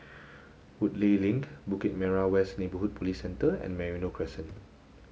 Woodleigh Link Bukit Merah West Neighbourhood Police Centre and Merino Crescent